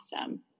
awesome